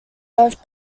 both